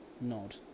nod